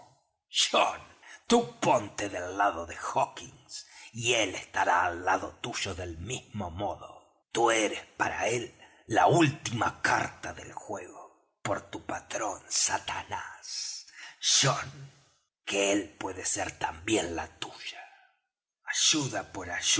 tú ponte del lado de hawkins y él estará al lado tuyo del mismo modo tú eres para él la última carta del juego y por tu patrón satanás john que él puede ser también la tuya ayuda por